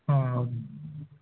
ಹಾಂ ಹೌದು